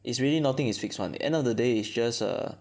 it's really nothing is fixed [one] end of the day is just a